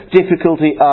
difficulty